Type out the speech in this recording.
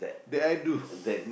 that I do